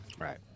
Right